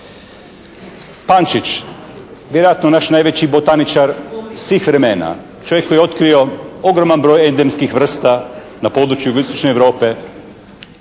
Pančić, vjerojatno naš najveći botaničar svih vremena. Čovjek koji je otkrio ogroman broj endemskih vrsta na području Istočne Europe.